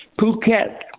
Phuket